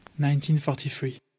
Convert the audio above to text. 1943